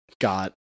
got